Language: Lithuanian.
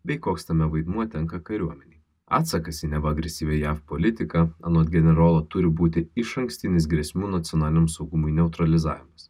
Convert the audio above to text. bei koks tame vaidmuo tenka kariuomenei atsakas į neva agresyvioje politiką anot generolo turi būti išankstinis grėsmių nacionaliniam saugumui neutralizavimas